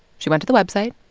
she went to the website,